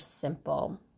simple